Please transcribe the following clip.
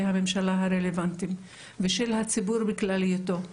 הממשלה הרלוונטיים ושל הציבור בכלליותו,